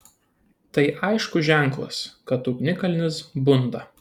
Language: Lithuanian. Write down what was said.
tai aiškus ženklas kad ugnikalnis bunda